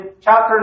chapter